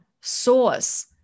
source